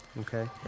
Okay